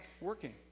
working